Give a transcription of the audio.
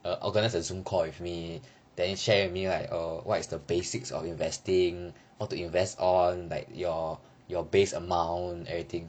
organize a zoom call with me then share with me like err what's the basics of investing what to invest on like your your base amount everything